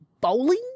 Bowling